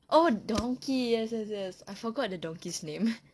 orh donkey yes yes yes I forgot the donkey's name